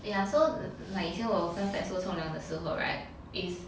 ya so like 我以前我跟 fatso 冲凉的时候 [right] is